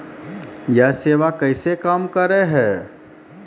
यह सेवा कैसे काम करै है?